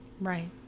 Right